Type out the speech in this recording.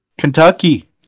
Kentucky